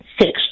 six